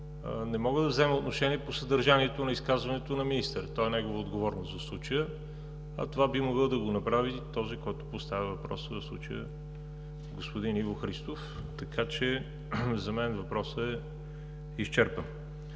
не мога да взема отношение по съдържанието на изказването на министър – то е негова отговорност в случая, а това би могъл да го направи този, който поставя въпроса, в случая господин Иво Христов. Така че за мен въпросът е изчерпан.